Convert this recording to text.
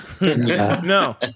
no